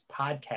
Podcast